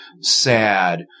sad